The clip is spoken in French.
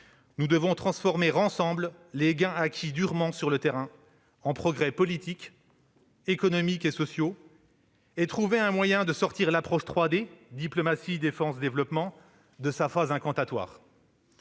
nous devons transformer ensemble les gains durement acquis sur le terrain en progrès politiques, économiques et sociaux et trouver un moyen de sortir l'approche « 3D »- diplomatie, défense, développement -de sa phase incantatoire.